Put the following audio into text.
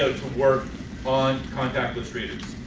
work on contactless readers.